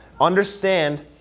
Understand